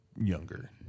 younger